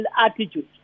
attitude